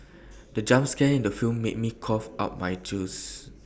the jump scare in the film made me cough out my juice